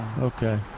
Okay